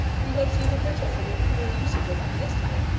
he loves you the better for your cruel usage of him yesterday.